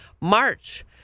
March